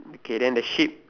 K then the ship